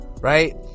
Right